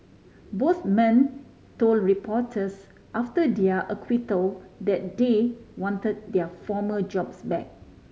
both men told reporters after their acquittal that they want their former jobs back